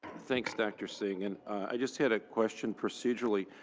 thanks, dr. singh. and i just had a question procedurally.